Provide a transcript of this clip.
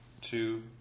two